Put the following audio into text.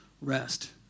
Rest